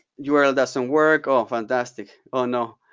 yeah url doesn't work. oh, fantastic. oh, no.